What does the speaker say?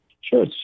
Sure